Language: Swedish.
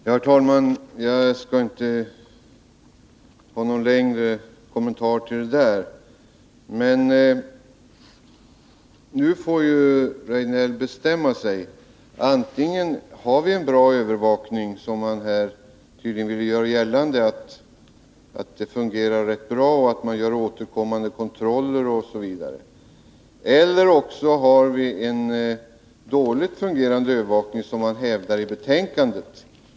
Herr talman! Jag skall inte göra någon längre kommentar till det senaste inlägget, men nu får ju Eric Rejdnell bestämma sig. Antingen har vi en bra övervakning-— han ville nu göra gällande att den fungerar rätt bra, att det görs återkommande kontroller osv. — eller också har vi en dåligt fungerande övervakning, som utskottet hävdar i betänkandet.